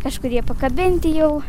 kažkur jie pakabinti jau